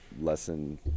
lesson